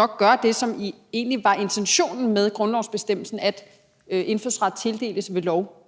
at gøre det, som i øvrigt nok egentlig var intentionen med grundlovsbestemmelsen om, at indfødsret tildeles ved lov